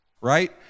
Right